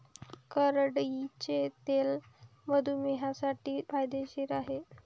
करडईचे तेल मधुमेहींसाठी फायदेशीर आहे